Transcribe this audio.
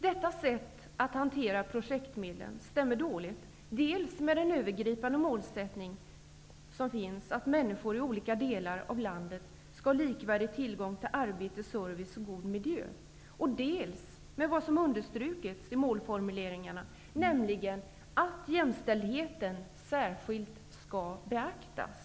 Detta sätt att hantera projektmedlen stämmer dåligt dels med den övergripande målsättningen att människor i olika delar av landet skall ha likvärdig tillgång till arbete, service och god miljö, dels med vad som understrukits i målformuleringarna, nämligen att jämställdheten särskilt skall beaktas.